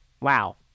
Wow